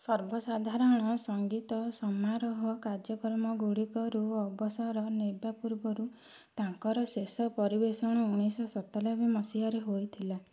ସର୍ବସାଧାରଣ ସଙ୍ଗୀତ ସମାରୋହ କାର୍ଯ୍ୟକ୍ରମଗୁଡ଼ିକରୁ ଅବସର ନେବା ପୂର୍ବରୁ ତାଙ୍କର ଶେଷ ପରିବେଷଣ ଉଣେଇଶ ଶହ ସତାନବେ ମସିହାରେ ହୋଇଥିଲା